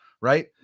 right